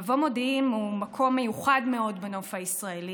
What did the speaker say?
מבוא מודיעים הוא מקום מיוחד בנוף הישראלי.